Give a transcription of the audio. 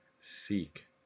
Seek